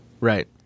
Right